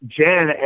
Jen